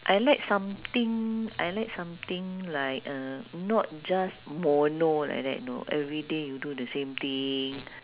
I like something I like something like uh not just mono like that you know everyday you do the same thing